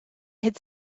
had